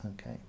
Okay